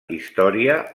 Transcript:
història